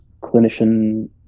clinician